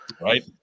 right